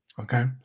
Okay